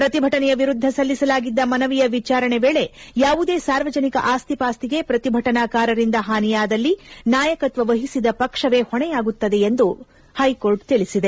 ಪ್ರತಿಭಟನೆಯ ವಿರುದ್ಧ ಸಲ್ಲಿಸಲಾಗಿದ್ದ ಮನವಿಯ ವಿಚಾರಣೆ ವೇಳೆ ಯಾವುದೇ ಸಾರ್ವಜನಿಕ ಆಸ್ತಿ ಪಾಸ್ತಿಗೆ ಪ್ರತಿಭಟನಾಕಾರರಿಂದ ಹಾನಿಯಾದಲ್ಲಿ ನಾಯಕತ್ವ ವಹಿಸಿದ ಪಕ್ಷವೇ ಹೊಣೆಯಾಗುತ್ತದೆ ಎಂದು ತಿಳಿಸಿದೆ